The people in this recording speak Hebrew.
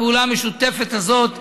הפעולה המשותפת הזאת,